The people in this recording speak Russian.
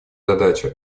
задача